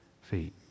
feet